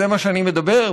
זה מה שאני מדבר,